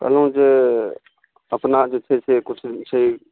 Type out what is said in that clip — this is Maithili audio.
कहलहुँ जे अपना जे छै से किछु छै